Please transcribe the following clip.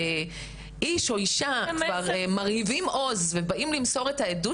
כשאיש או אישה כבר מרהיבים עוז ובאים למסור את העדות